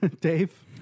Dave